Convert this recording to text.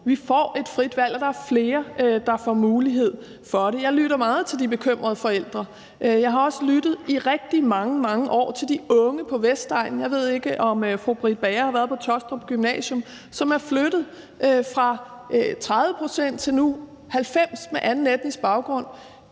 Vi får et frit valg, og der er flere, der får mulighed for det. Jeg lytter meget til de bekymrede forældre. Jeg har også lyttet i rigtig mange, mange år til de unge på Vestegnen. Jeg ved ikke, om fru Britt Bager har været på Høje-Taastrup Gymnasium, som er gået fra 30 pct. til nu 90 pct. med anden etnisk baggrund.